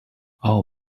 all